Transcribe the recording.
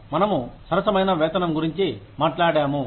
మనము సరసమైన వేతనం గురించి మాట్లాడాము